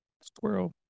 squirrel